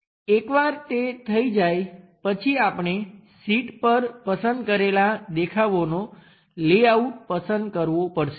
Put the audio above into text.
એકવાર તે થઈ જાય પછી આપણે શીટ પર પસંદ કરેલા દેખાવોનો લેઆઉટ પસંદ કરવો પડશે